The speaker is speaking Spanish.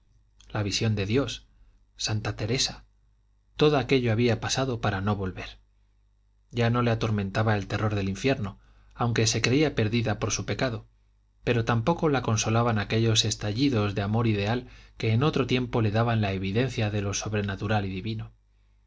la visión de dios santa teresa todo aquello había pasado para no volver ya no le atormentaba el terror del infierno aunque se creía perdida por su pecado pero tampoco la consolaban aquellos estallidos de amor ideal que en otro tiempo le daban la evidencia de lo sobrenatural y divino